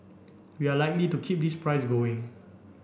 we are likely to keep this price going